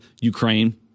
Ukraine